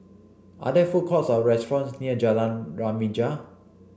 are there food courts or restaurants near Jalan Remaja